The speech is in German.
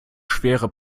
schwere